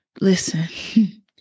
listen